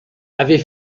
avait